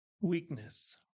weakness